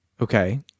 Okay